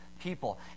people